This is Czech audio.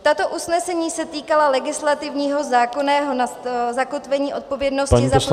Tato usnesení se týkala legislativního zákonného zakotvení odpovědnosti za